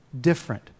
different